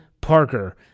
Parker